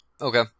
Okay